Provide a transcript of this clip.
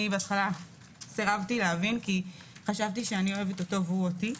בהתחלה סירבתי להבין כי חשבתי שאני אוהבת אותו והוא אותי.